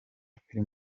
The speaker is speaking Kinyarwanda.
film